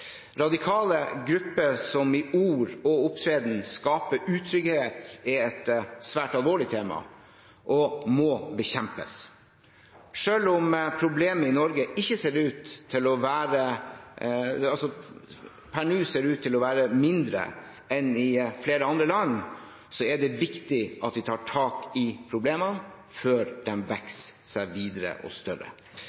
Radikale grupper som i ord og opptreden skaper utrygghet, er et svært alvorlig tema og må bekjempes. Selv om problemet i Norge per nå ikke ser ut til å være mindre enn i flere andre land, er det viktig at vi tar tak i problemene før